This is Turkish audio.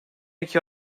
iki